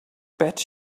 bet